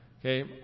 Okay